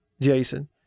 Jason